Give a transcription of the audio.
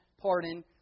pardon